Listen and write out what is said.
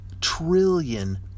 trillion